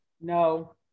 no